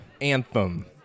Anthem